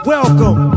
Welcome